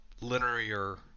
linear